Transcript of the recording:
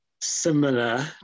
similar